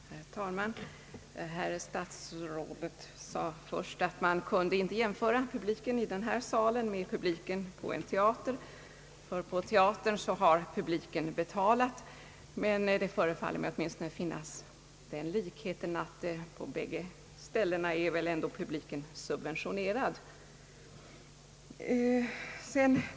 Herr talman! Herr statsrådet sade först, att man inte kunde jämföra publiken i denna sal med publiken på en teater, ty på teatern har publiken betalat. Det förefaller mig emellertid att åtminstone finnas en likhet, nämligen den att publiken på båda ställena väl ändå är subventionerad.